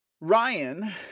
Ryan